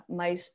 mas